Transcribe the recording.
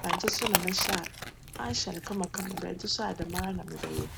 Bankye so na m'ehyj a, m'ahyj no kama kama, borjdze so a, djmara na mebjyj.